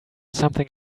something